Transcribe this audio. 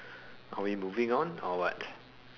are we moving on or what